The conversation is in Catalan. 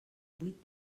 buit